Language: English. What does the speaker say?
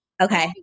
okay